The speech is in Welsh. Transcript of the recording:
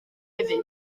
hefyd